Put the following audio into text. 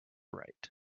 right